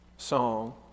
song